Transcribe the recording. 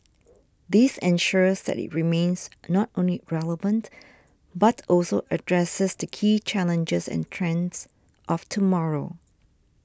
this ensures that it remains not only relevant but also addresses the key challenges and trends of tomorrow